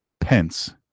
Pence